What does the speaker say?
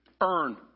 earn